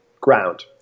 ground